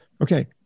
Okay